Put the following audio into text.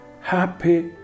happy